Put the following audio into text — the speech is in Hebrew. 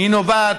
נובע,